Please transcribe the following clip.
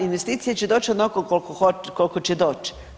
Investicije će doći onoliko koliko će doći.